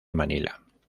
manila